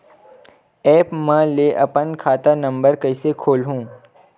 App म ले अपन खाता नम्बर कइसे खोलहु?